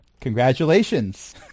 Congratulations